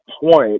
point